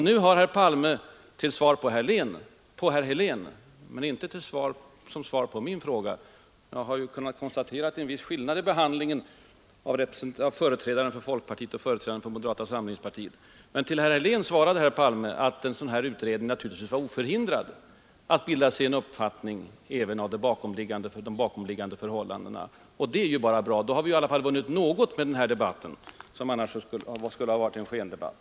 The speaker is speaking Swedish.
Nu har herr Palme till svar på herr Heléns fråga, men inte på min — jag har kunnat konstatera att det numera finns en viss skillnad i behandlingen av företrädaren för folkpartiet och företrädaren för moderata samlingspartiet — anfört att den blivande utredningen naturligtvis är oförhindrad att bilda sig en uppfattning även om de bakomliggande förhållandena. Det är bara bra. Då har vi i alla fall vunnit något med den här debatten, som annars skulle ha blivit enbart en skendebatt.